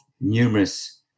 numerous